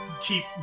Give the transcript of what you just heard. keep